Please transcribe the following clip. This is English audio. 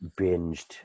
binged